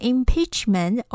Impeachment